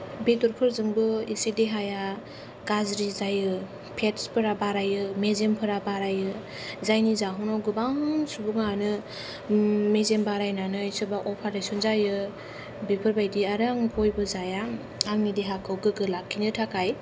बेदरफोरजोंबो इसे देहाया गाज्रि जायो फेत्सफोरा बारायो मेजेमफोरा बारायो जायनि जाहोनाव गोबां सुबुंआनो मेजेम बारायनानै सोरबा अपारेशन जायो बेफोरबायदि आरो आं गयबो जाया आंनि देहाखौ गोग्गो लाखिनो थाखाय